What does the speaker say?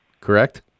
correct